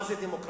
מה זה דמוקרטיה?